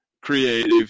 creative